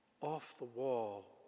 off-the-wall